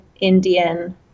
Indian